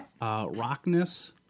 Rockness